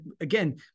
again